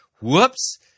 whoops